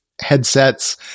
headsets